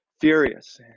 furious